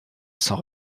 sans